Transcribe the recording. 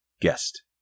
guest